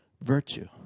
virtue